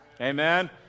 Amen